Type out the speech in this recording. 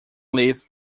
live